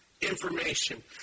information